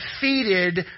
defeated